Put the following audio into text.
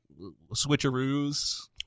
switcheroos